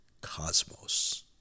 cosmos